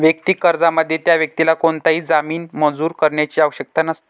वैयक्तिक कर्जामध्ये, त्या व्यक्तीला कोणताही जामीन मंजूर करण्याची आवश्यकता नसते